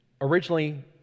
originally